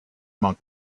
monk